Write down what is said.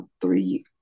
three